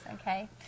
Okay